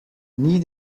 nii